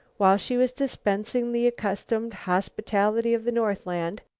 while she was dispensing the accustomed hospitality of the northland,